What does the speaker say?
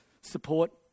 support